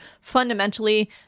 Fundamentally